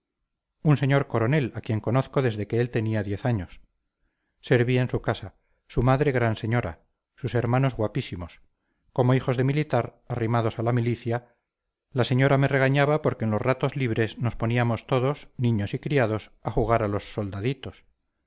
un señor coronel a quien conozco desde que él tenía diez años serví en su casa su madre gran señora sus hermanos guapísimos como hijos de militar arrimados a la milicia la señora me regañaba porque en los ratos libres nos poníamos todos niños y criados a jugar a los soldaditos